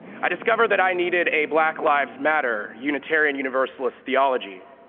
i discovered that i needed a black lives matter unitarian universalist theology.